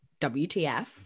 wtf